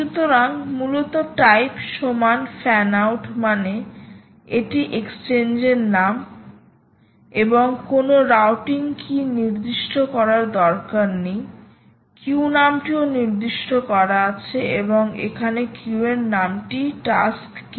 সুতরাং মূলত টাইপ সমান ফ্যান আউট মানে এটি এক্সচেঞ্জের নাম এবং কোনও রাউটিং কী নির্দিষ্ট করার দরকার নেই কিউ নামটিও নির্দিষ্ট করা আছে এবং এখানে কিউ এর নামটি টাস্ক কিউ